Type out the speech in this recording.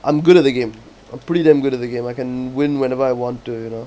I'm good at the game I'm pretty damn good at the game I can win whenever I want to you know